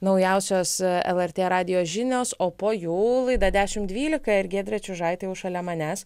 naujausios lrt radijo žinios o po jų laida dešimt dvylika ir giedrė čiužaitė jau šalia manęs